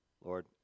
Lord